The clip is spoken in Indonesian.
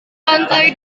lantai